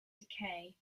decay